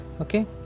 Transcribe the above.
okay